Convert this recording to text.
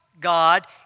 God